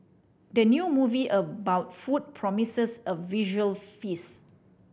the new movie about food promises a visual feast